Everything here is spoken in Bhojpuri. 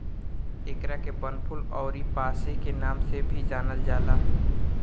एकरा के वनफूल अउरी पांसे के नाम से भी जानल जाला